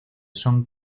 son